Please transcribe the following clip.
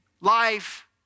life